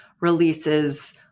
releases